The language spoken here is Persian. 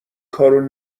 کارو